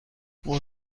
مدل